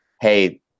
Hey